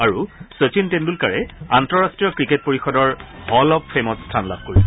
আৰু শচীন তেণ্ডুলকাৰে আন্তঃৰাষ্ট্ৰীয় ক্ৰিকেট পৰিষদৰ হল অব ফেমত স্থান লাভ কৰিছে